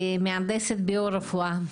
מהנדסת ביו רפואה.